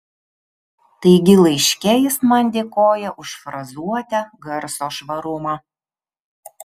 taigi laiške jis man dėkoja už frazuotę garso švarumą